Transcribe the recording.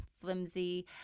flimsy